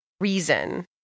reason